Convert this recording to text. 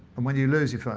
and when you lose your phone,